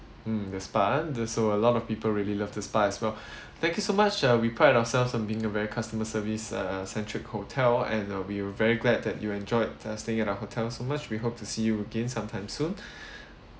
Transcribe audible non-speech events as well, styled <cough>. mm the spa the so a lot of people really loved the spa as well <breath> thank you so much uh we pride ourselves on being a very customer service uh central hotel and uh we will very glad that you enjoyed the staying at our hotel so much we hope to see you again sometime soon <breath>